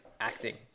acting